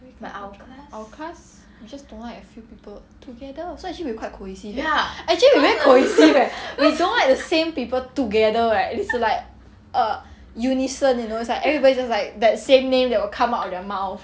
our class just don't like a few people together so actually we quite cohesive eh actually we very cohesive leh we don't like the same people together right it's like err unison you know it's like everybody just like that same name that will come up with their mouth